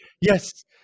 Yes